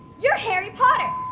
you're harry potter.